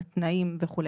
לתנאים וכו'.